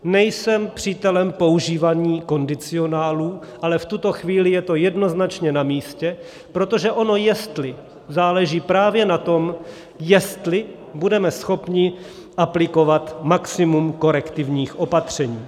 Nejsem přítelem používání kondicionálů, ale v tuto chvíli je to jednoznačně namístě, protože ono jestli záleží právě na tom, jestli budeme schopni aplikovat maximum korektivních opatření.